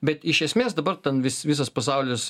bet iš esmės dabar ten vis visas pasaulis